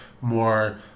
more